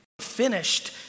finished